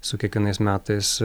su kiekvienais metais